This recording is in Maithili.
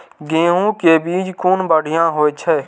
गैहू कै बीज कुन बढ़िया होय छै?